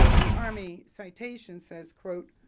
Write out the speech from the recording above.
the army citation says quote,